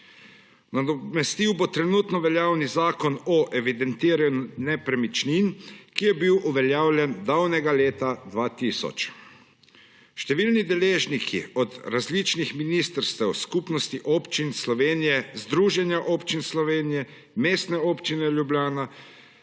Nadomestil bo trenutno veljavni Zakon o evidentiranju nepremičnin, ki je bil uveljavljen davnega leta 2000. Številni deležniki – različna ministrstva, Skupnost občin Slovenije, Združenje občin Slovenije, Mestna občina Ljubljana,